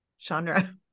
genre